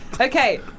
Okay